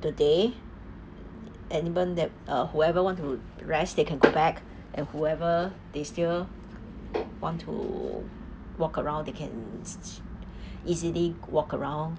the day anyone that uh whoever want to rest they can go back and whoever they still want to walk around they can easily walk around